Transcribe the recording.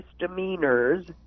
misdemeanors